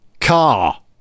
Car